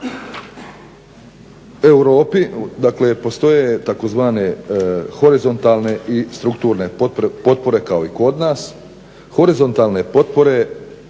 U Europi, dakle postoje tzv. horizontalne i strukturne potpore kao i kod nas. Horizontalne potpore